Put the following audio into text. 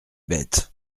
bête